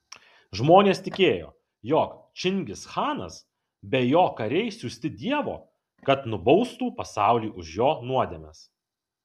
žmonės tikėjo jog čingischanas be jo kariai siųsti dievo kad nubaustų pasaulį už jo nuodėmes